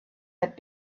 had